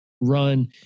run